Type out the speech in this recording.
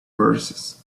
verses